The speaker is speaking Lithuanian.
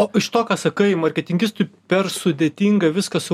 o iš to ką sakai marketingistui per sudėtinga viską su